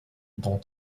dont